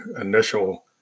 initial